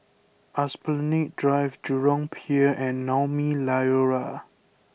Esplanade Drive Jurong Pier and Naumi Liora